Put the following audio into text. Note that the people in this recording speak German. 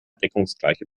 deckungsgleiche